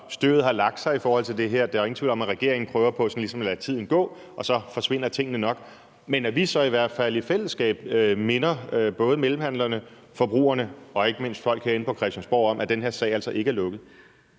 støvet har lagt sig i forhold til det her – der er jo ingen tvivl om, at regeringen ligesom prøver på at lade tiden gå, og så forsvinder tingene nok – så i hvert fald i fællesskab minder både mellemhandlerne, forbrugerne og ikke mindst folk herinde på Christiansborg om, at den her sag altså ikke er lukket.